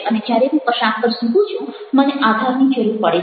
અને જ્યારે હું કશાક પર ઝૂકું છું મને આધારની જરૂર પડે છે